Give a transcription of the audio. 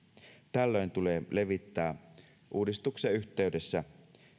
tällöin tulee levittää uudistuksen yhteydessä